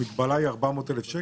המגבלה היא 400,000 שקל?